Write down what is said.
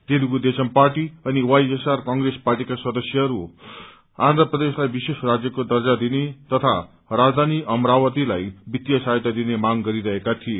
Telugu Desam party अनि YSR Congress पार्टीका सांसदहरू आन्म्र प्रदेशलाई विश्रेष राज्यको दर्जा दिने तथा राजधानी अमराक्तीलाई वित्तीय सहायता दिने मांग गरिरहेका थिए